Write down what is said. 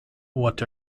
what